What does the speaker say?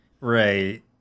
Right